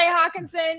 Hawkinson